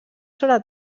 sobre